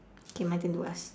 K my turn to ask